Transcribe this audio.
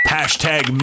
Hashtag